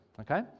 okay